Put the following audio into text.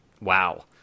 wow